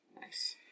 Nice